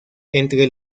entre